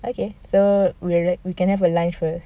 okay so weird we can have a lunch first